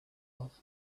love